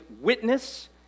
witness